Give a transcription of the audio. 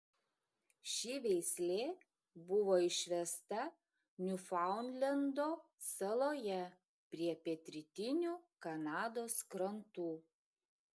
ši veislė buvo išvesta niufaundlendo saloje prie pietrytinių kanados krantų